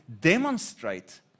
demonstrate